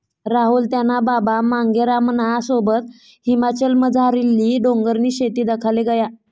राहुल त्याना बाबा मांगेरामना सोबत हिमाचलमझारली डोंगरनी शेती दखाले गया